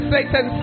Satan